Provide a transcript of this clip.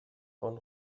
von